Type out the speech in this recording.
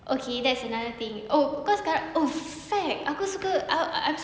okay that's another thing oh cause sekarang oh fak aku suka I'm I'm